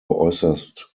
äußerst